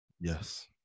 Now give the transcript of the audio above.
Yes